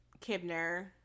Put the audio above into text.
Kibner